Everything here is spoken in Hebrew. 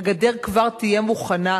הגדר כבר תהיה מוכנה.